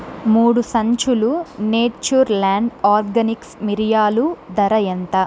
మూడు సంచులు Nature Land Organics మిరియాలు ధర ఎంత